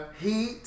Heat